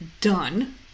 done